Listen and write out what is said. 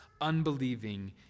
unbelieving